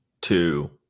two